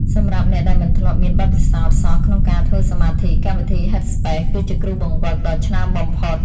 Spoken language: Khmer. សម្រាប់អ្នកដែលមិនធ្លាប់មានបទពិសោធន៍សោះក្នុងការធ្វើសមាធិកម្មវិធី ហេតស្ប៉េស (Headspace) គឺជាគ្រូបង្វឹកដ៏ឆ្នើមបំផុត។